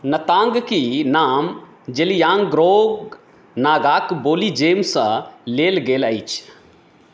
नतांगकी नाम ज़ेलियानग्रोंग नागाक बोली जेमसँ लेल गेल अछि